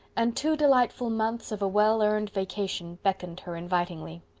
and two delightful months of a well-earned vacation beckoned her invitingly.